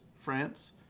France